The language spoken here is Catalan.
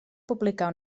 publicar